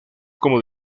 como